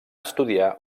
estudiar